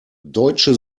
deutsche